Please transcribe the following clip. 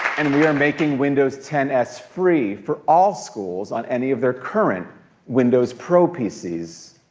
and we are making windows ten s free for all schools on any of their current windows pro pcs.